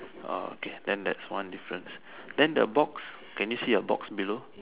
ah okay then there is one difference then the box can you see the box below